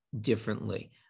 differently